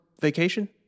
vacation